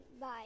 bye